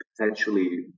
potentially